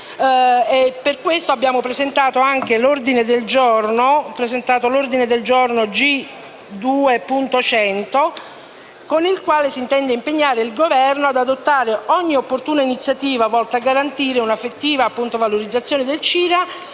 Per questo abbiamo presentato anche l'ordine del giorno G2.100, con il quale si intende impegnare il Governo ad adottare ogni opportuna iniziativa volta a garantire un'effettiva valorizzazione del CIRA,